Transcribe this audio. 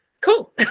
cool